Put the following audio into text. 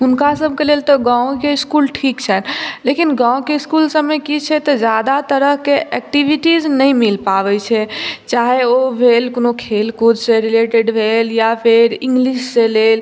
हुनका सबके लेल तऽ गाँवके इसकुल ठीक छन्हि लेकिन गाँवके इसकुल सबमे की छै तऽ जादा तरहके एक्टिविटीज नहि मिल पाबय छै चाहय ओ भेल कोनो खेलकूदसँ रिलेटेड भेल या फेर इंग्लिशसँ भेल